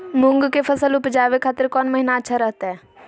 मूंग के फसल उवजावे खातिर कौन महीना अच्छा रहतय?